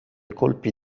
colpi